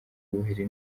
ubuhiri